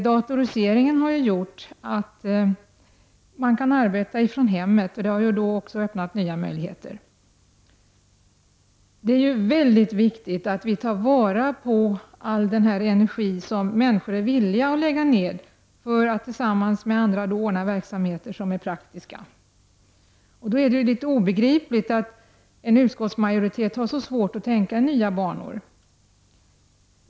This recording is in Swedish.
Datoriseringen har gjort att man kan arbeta ifrån hemmet. Det har också öppnat nya möjligheter. Det är oerhört viktigt att vi tar vara på all den energi som människor är villiga att lägga ned för att tillsammans med andra ordna verksamheter som är praktiska. Det är då obegripligt att en utskottsmajoritet har så svårt att tänka i nya banor.